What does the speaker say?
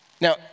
Now